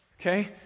Okay